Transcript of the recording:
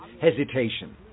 hesitation